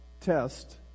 test